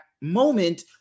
moment